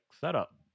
setup